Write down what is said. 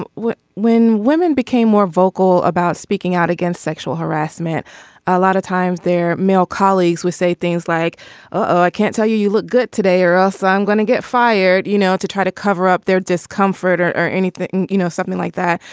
when women became more vocal about speaking out against sexual harassment a lot of times their male colleagues would say things like oh i can't tell you you look good today or ah so i'm going to get fired you know to try to cover up their discomfort or or anything. you know something like that.